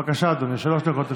בבקשה, אדוני, שלוש דקות לרשותך.